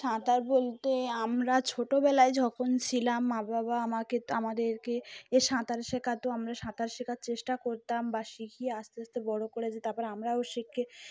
সাঁতার বলতে আমরা ছোটোবেলায় যখন ছিলাম মা বাবা আমাকে আমাদেরকে এ সাঁতার শেখাতো আমরা সাঁতার শেখার চেষ্টা করতাম বা শিখিয়ে আস্তে আস্তে বড়ো করে যে তারপর আমরাও শিখে